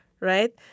Right